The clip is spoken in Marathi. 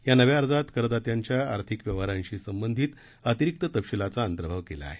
या नव्या अर्जात करदात्यांच्या आर्थिक व्यवहारांशी संबंधित अतिरिक्त तपशीलाचा अंतर्भाव केला आहे